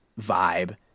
vibe